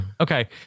okay